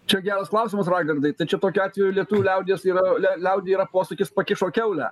čia geras klausimas raigardai tai čia tokiu atveju lietuvių liaudies yra lia liaudy yra posakis pakišo kiaulę